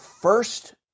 first